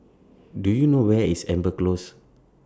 Do YOU know Where IS Amber Close